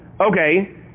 Okay